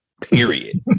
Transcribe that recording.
period